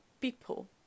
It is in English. people